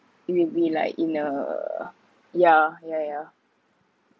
it will be like in a yeah yeah yeah